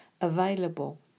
available